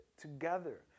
together